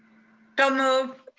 so moved.